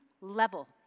level